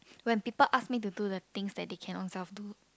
when people ask me do the things that they can ownself do